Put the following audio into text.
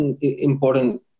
important